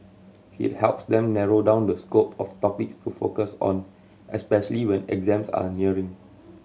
it helps them narrow down the scope of topics to focus on especially when exams are nearing